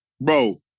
bro